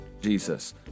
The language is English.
Jesus